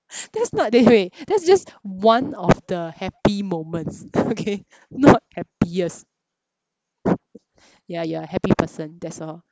that's not the wait that's just one of the happy moments okay not happiest ya you are a happy person that's all